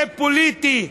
זה פוליטי.